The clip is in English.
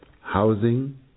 housing